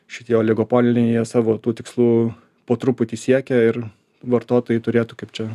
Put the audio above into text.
šitie oligopoliniai jie savo tų tikslų po truputį siekia ir vartotojai turėtų kaip čia